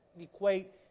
equate